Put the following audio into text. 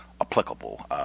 applicable